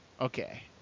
Okay